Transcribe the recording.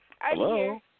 Hello